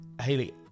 Hayley